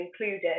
included